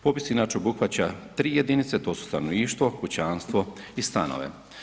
Popis inače obuhvaća 3 jedinice, to su stanovništvo, kućanstvo i stanove.